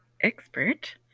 expert